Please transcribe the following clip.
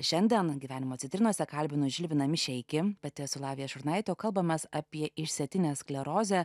šiandien gyvenimo citrinose kalbino žilviną mišeikį pati esu lavija šurnaitė o kalbamės apie išsėtinę sklerozę